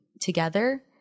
together